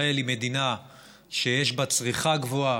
ישראל היא מדינה שיש בה צריכה גבוהה,